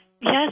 Yes